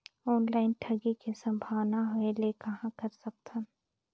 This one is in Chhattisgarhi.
ऑनलाइन ठगी के संभावना होय ले कहां कर सकथन?